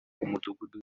umudugudu